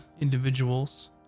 individuals